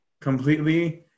completely